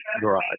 garage